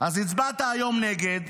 הצבעת היום נגד,